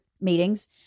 meetings